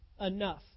enough